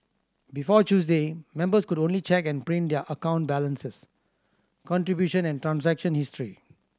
before Tuesday members could only check and print their account balances contribution and transaction history